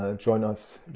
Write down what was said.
ah join us. yeah.